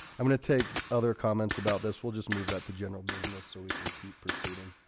i'm going to take other comments about this we'll just move that to general business so we can keep proceeding